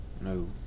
No